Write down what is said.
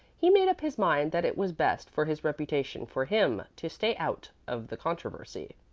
he made up his mind that it was best for his reputation for him to stay out of the controversy.